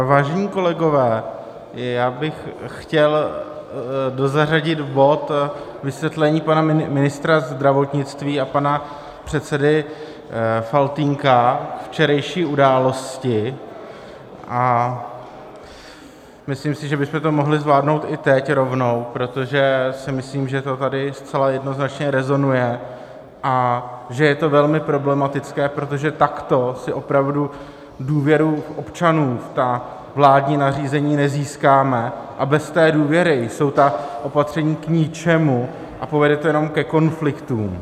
Vážení kolegové, já bych chtěl dozařadit bod vysvětlení pana ministra zdravotnictví a pana předsedy Faltýnka k včerejší události a myslím si, že bychom to mohli zvládnout i teď rovnou, protože si myslím, že to tady zcela jednoznačně rezonuje a že je to velmi problematické, protože takto si opravdu důvěru občanů v ta vládní nařízení nezískáme a bez té důvěry jsou ta opatření k ničemu a povede to jenom ke konfliktům.